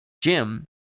Jim